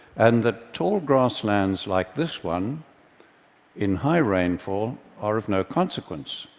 and that tall grasslands like this one in high rainfall are of no consequence.